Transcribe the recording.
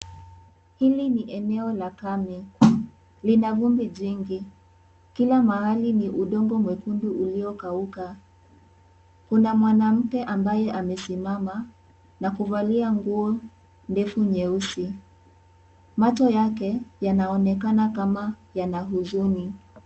Hili ni eneo la kame. Lina vumbi jingi. Kila mahali ni udongo mwekundu uliyokauka. Kuna mwanamke ambaye amesimama na kuvalia nguo ndefu nyeusi. Macho yake, yanaonekana kama yana huzuni.